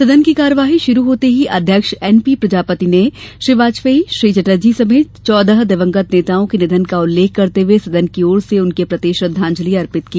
सदन की कार्यवाही शुरू होते ही अध्यक्ष एन पी प्रजापति ने श्री वाजपेयी श्री चटर्जी समेत चौदह दिवंगत नेताओं के निधन का उल्लेख करते हुए सदन की ओर से उनके प्रति श्रद्वांजलि अर्पित की